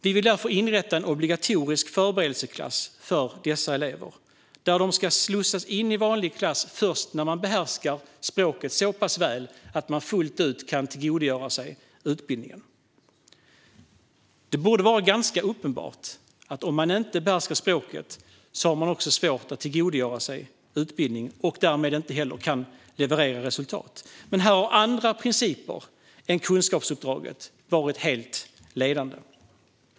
Vi vill därför inrätta en obligatorisk förberedelseskola för dessa elever, varifrån de slussas in i vanlig klass först när de behärskar språket så pass väl att de fullt ut kan tillgodogöra sig utbildningen. Det borde vara ganska uppenbart att om man inte behärskar språket har man också svårt att tillgodogöra sig utbildning och kan därmed inte heller leverera resultat. Här har dock andra principer än kunskapsuppdraget varit helt ledande.